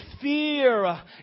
fear